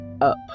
up